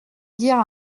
dire